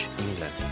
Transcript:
England